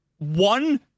one